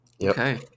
Okay